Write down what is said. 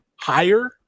higher